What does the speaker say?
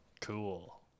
Cool